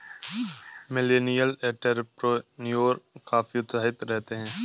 millennial entrepreneur काफी उत्साहित रहते हैं